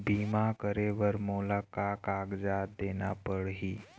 बीमा करे बर मोला का कागजात देना पड़ही?